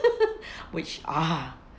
which ah